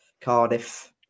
cardiff